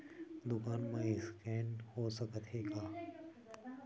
दुकान मा स्कैन हो सकत हे का?